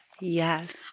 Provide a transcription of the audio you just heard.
Yes